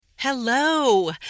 Hello